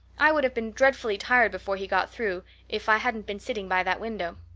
i would have been dreadfully tired before he got through if i hadn't been sitting by that window.